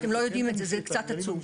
אתם יודעים את זה, זה קצת עצוב.